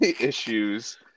issues